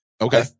Okay